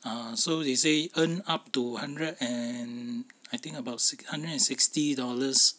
err so they say earn up to hundred and I think about six hundred and sixty dollars